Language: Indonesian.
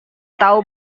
tahu